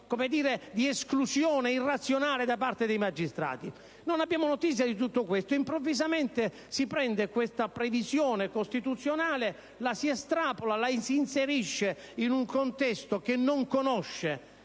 irrazionale di esclusione da parte dei magistrati? Non abbiamo notizia di tutto questo. Improvvisamente si prende questa previsione costituzionale, la si estrapola, la si inserisce in un contesto che non conosce